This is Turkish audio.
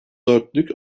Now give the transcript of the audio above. dörtlük